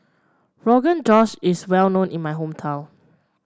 Rogan Josh is well known in my hometown